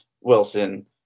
Wilson